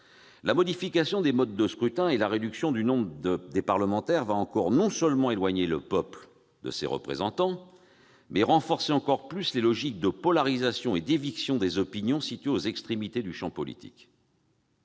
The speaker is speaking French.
La modification des modes de scrutin et la réduction du nombre des parlementaires vont non seulement éloigner le peuple de ses représentants, mais aussi renforcer davantage encore les logiques de polarisation et d'éviction des opinions situées aux extrémités du champ politique.